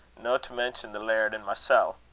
no to mention the laird and mysel'.